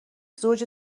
زوج